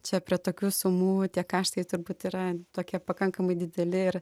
čia prie tokių sumų tie kaštai turbūt yra tokie pakankamai dideli ir